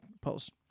Post